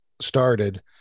started